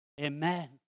Amen